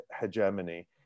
hegemony